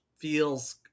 feels